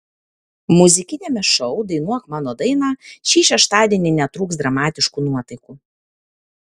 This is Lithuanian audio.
muzikiniame šou dainuok mano dainą šį šeštadienį netrūks dramatiškų nuotaikų